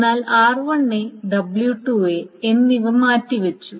എന്നാൽ r1 w2 എന്നിവ മാറ്റിവച്ചു